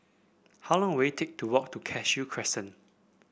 how long will it take to walk to Cashew Crescent